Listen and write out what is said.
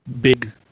big